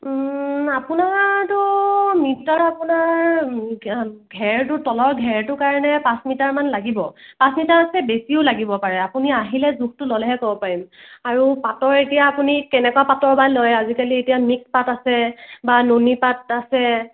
আপোনাৰটো metre আপোনাৰ ঘে ঘেৰটোৰ কাৰণে তলৰ ঘেৰটোৰ কাৰণে পাঁচ মিটাৰমান লাগিব পাঁচ মিটাৰতকৈ বেছিও লাগিব পাৰে আপুনি আহিলে জোখটো ল'লেহে ক'ব পাৰিম আৰু পাটৰ এতিয়া আপুনি কেনেকুৱা পাটৰ বা লয় আজিকালি এতিয়া মিক্স পাট আছে বা নুনী পাট আছে